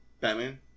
Batman